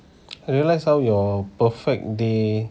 I realize how your perfect day